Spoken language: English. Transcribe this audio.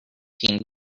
team